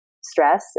stress